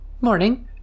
Morning